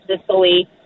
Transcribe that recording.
Sicily